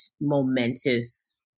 momentous